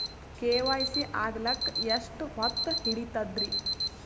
KYC ಆಗಲಕ್ಕ ಎಷ್ಟ ಹೊತ್ತ ಹಿಡತದ್ರಿ?